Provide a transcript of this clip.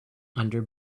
under